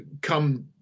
come